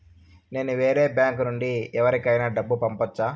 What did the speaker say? నేను వేరే బ్యాంకు నుండి ఎవరికైనా డబ్బు పంపొచ్చా?